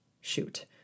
shoot